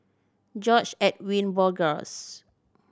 George Edwin Bogaars